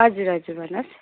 हजुर हजुर भन्नुहोस्